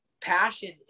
passion